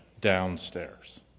downstairs